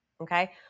okay